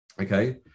Okay